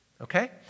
Okay